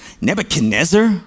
Nebuchadnezzar